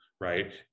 right